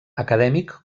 acadèmic